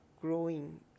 growing